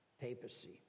papacy